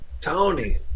Tony